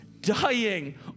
dying